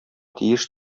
тиеш